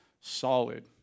solid